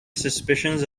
suspicions